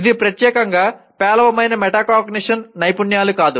ఇది ప్రత్యేకంగా పేలవమైన మెటాకాగ్నిషన్ నైపుణ్యాలు కాదు